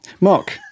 mark